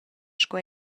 sco